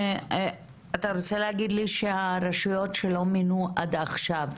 אתה רוצה להגיד לי שהרשויות שלא מינו עד עכשיו